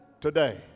today